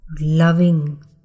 loving